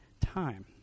time